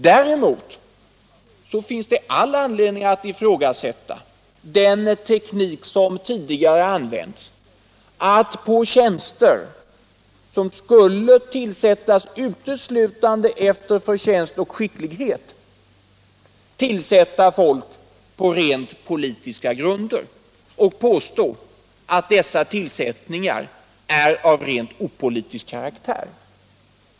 Däremot finns det all anledning att ifrågasätta den teknik som tidigare använts, att på tjänster som skulle tillsättas uteslutande efter förtjänst och skicklighet tillsätta folk på rent politiska grunder och påstå att dessa tillsättningar är av opolitisk karaktär.